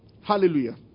Hallelujah